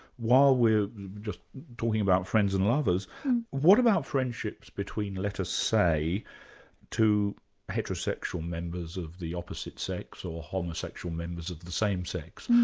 while we are just talking about friends and lovers what about friendships between let us say to heterosexual members of the opposite sex, or homosexual members of the same sex.